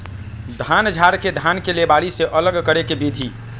धान झाड़ के धान के लेबारी से अलग करे के विधि